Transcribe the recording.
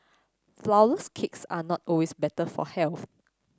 flourless cakes are not always better for health